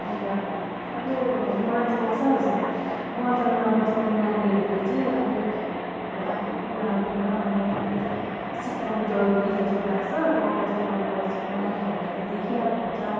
अन्त अब मलाई चाहिँ लाग्छ बजारमा बस्ने नानीहरूले चाहिँ अलिक अब आफू उनीहरूको आमाबाबाले सिकाउनु जरुरी जस्तो लाग्छ गाउँबस्तीमा बसेको नानीहरूले त देखिरहेको हुन्छ